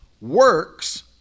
works